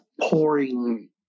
pouring